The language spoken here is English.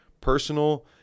personal